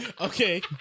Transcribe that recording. Okay